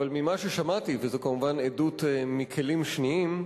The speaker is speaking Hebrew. אבל ממה ששמעתי, וזו כמובן עדות מכלים שניים,